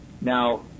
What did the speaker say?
now